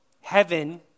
Heaven